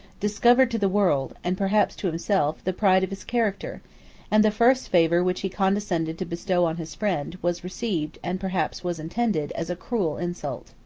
discovered to the world, and perhaps to himself, the pride of his character and the first favor which he condescended to bestow on his friend, was received, and perhaps was intended, as a cruel insult.